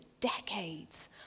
decades